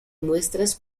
muestras